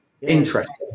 interesting